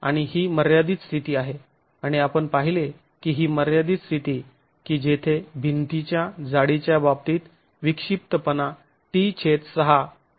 आणि ही मर्यादित स्थिती आहे आणि आपण पाहिले की ही मर्यादित स्थिती की जेथे भिंतीच्या जाडीच्या बाबतीत विक्षिप्तपणा t6 वर असेल